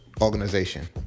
organization